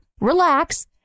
relax